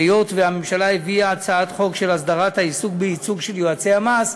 היות שהממשלה הביאה הצעת חוק של הסדרת העיסוק בייצוג של יועצי המס,